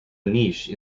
niche